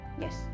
Yes